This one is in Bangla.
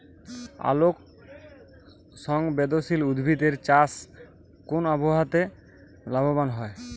আলোক সংবেদশীল উদ্ভিদ এর চাষ কোন আবহাওয়াতে লাভবান হয়?